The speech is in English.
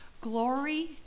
Glory